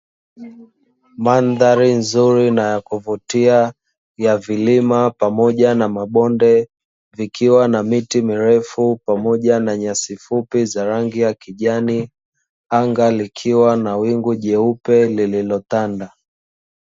Mandhari nzuri na ya kuvutia ya vilima pamoja na mabonde, likiwa na miti mirefu pamoja na nyasi fupi za rangi ya kijani, anga likiwa na wingu jeupe lililotanda.